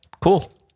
Cool